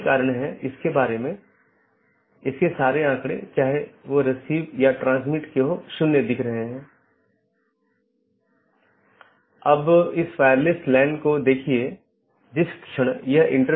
तो इसका मतलब यह है कि यह प्रतिक्रिया नहीं दे रहा है या कुछ अन्य त्रुटि स्थिति उत्पन्न हो रही है